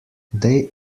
they